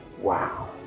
Wow